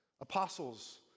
Apostles